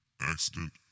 accident